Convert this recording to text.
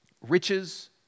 riches